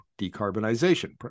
decarbonization